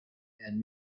and